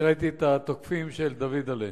אני ראיתי את התוקפים של דוידל'ה.